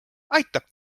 aitab